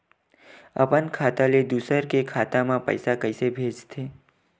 अपन खाता ले दुसर के खाता मा पईसा कइसे भेजथे?